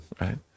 right